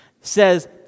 says